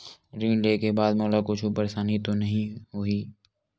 ऋण लेके बाद मोला कुछु परेशानी तो नहीं होही?